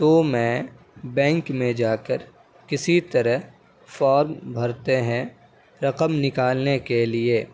تو میں بینک میں جا کر کسی طرح فورم بھرتے ہیں رقم نکالنے کے لیے